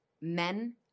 men